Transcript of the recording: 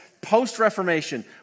post-Reformation